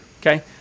Okay